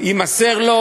יימסר לו,